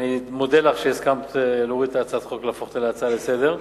ואני מודה לך על שהסכמת להפוך את הצעת החוק להצעה לסדר-היום.